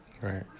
Right